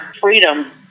freedom